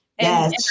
Yes